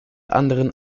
anderen